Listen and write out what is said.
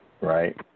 Right